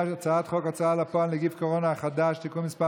ההוצאה לפועל (נגיף הקורונה החדש, תיקון מס'